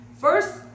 First